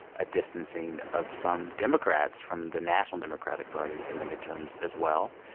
a distancing of some democrats from the national democratic party in the midterms, as well.